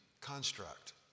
construct